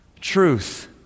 truth